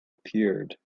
appeared